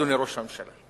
אדוני ראש הממשלה.